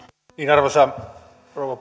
arvoisa rouva